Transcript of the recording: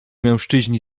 mężczyźni